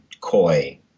coy